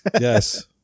Yes